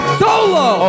solo